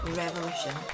revolution